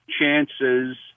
chances